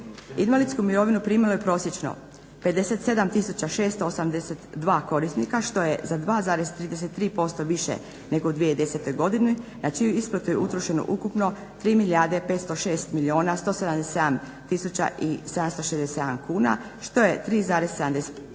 Invalidsku mirovinu primalo je prosječno 57682 korisnika što je za 2,33% više nego u 2010. godini na čiju isplatu je utrošeno ukupno 3 milijarde 506